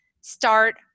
start